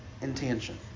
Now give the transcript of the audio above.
intention